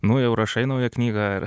nu jau rašai naują knygą ar